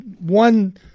one